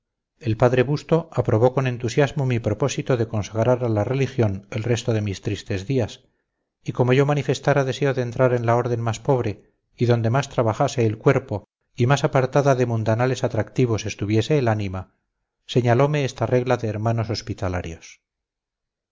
el padre busto aprobó con entusiasmo mi propósito de consagrar a la religión el resto de mis tristes días y como yo manifestara deseo de entrar en la orden más pobre y donde más trabajase el cuerpo y más apartada de mundanales atractivos estuviese el ánima señalome esta regla de hermanos hospitalarios